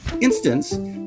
instance